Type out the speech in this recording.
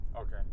Okay